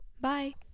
Bye